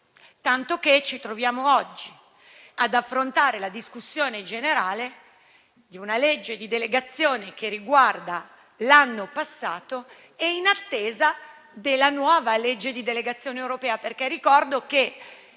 tanto che oggi ci troviamo ad affrontare la discussione generale di una legge di delegazione che riguarda l'anno passato e in attesa della nuova legge di delegazione europea. Ricordo